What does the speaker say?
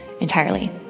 entirely